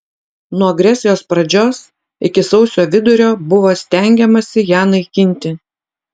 nuo agresijos pradžios iki sausio vidurio buvo stengiamasi ją naikinti